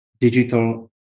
digital